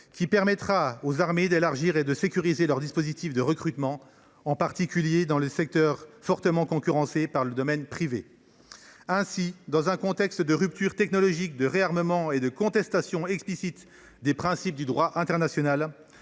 qui permettra aux armées d’élargir et de sécuriser leurs dispositifs de recrutement, en particulier dans les secteurs fortement concurrencés par le domaine privé. Ainsi, dans un contexte de rupture technologique, de réarmement et de contestation explicite des principes du droit international,